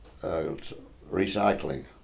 recycling